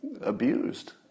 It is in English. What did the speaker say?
abused